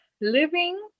living